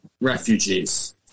refugees